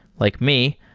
like me,